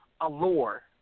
allure